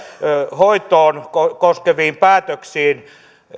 hoitoon koskeviin päätöksiin